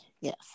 Yes